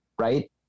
right